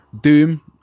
Doom